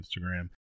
Instagram